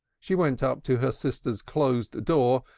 she went up to her sister's closed door,